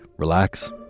Relax